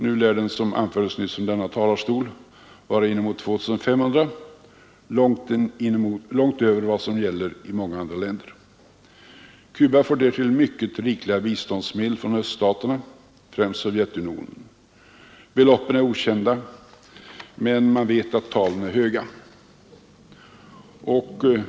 Nu lär den, som anförts nyss från denna talarstol, vara inemot 2 500 kronor, långt över vad som gäller i många andra länder. Cuba får dessutom mycket rikliga biståndsmedel från öststaterna, främst Sovjetunionen. Beloppen är okända, men man vet att talen är höga.